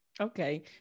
okay